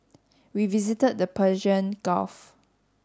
we visited the Persian Gulf